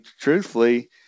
truthfully